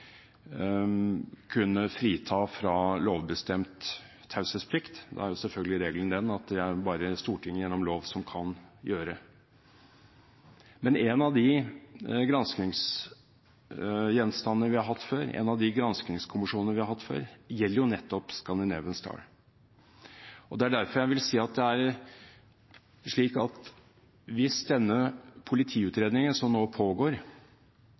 kunne frita fra lovbestemt taushetsplikt. Da er selvfølgelig regelen den at det er det bare Stortinget gjennom lov som kan gjøre. Men en av de granskingskommisjonene vi har hatt før, gjelder jo nettopp Scandinavian Star. Det er derfor jeg vil si at hvis denne politiutredningen som nå pågår,